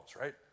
right